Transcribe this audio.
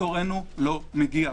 ותורנו לא מגיע.